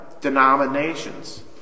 Denominations